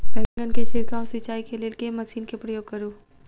बैंगन केँ छिड़काव सिचाई केँ लेल केँ मशीन केँ प्रयोग करू?